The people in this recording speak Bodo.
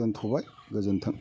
दोन्थ'बाय गोजोन्थों